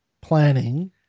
planning